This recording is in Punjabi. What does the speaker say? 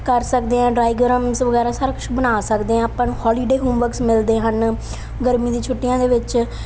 ਕਰ ਸਕਦੇ ਹਾਂ ਡਰਾਈਗਰਾਮਸ ਵਗੈਰਾ ਸਾਰਾ ਕੁਛ ਬਣਾ ਸਕਦੇ ਹਾਂ ਆਪਾਂ ਨੂੰ ਹੌਲੀਡੇ ਹੋਮਵਰਕਸ ਮਿਲਦੇ ਹਨ ਗਰਮੀ ਦੀ ਛੁੱਟੀਆਂ ਦੇ ਵਿੱਚ